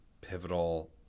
pivotal